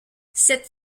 cette